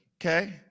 Okay